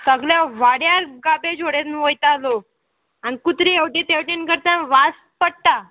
सगल्या वाड्यार गार्बेज उडयन वयता लोक आनी कुत्रे हेवटेन तेवटेन करता वास पडटा